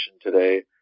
today